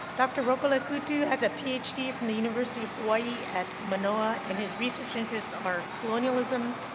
dr. rokolekutu has a ph d. from the university of hawaii at manoa, and his research interests are colonialism,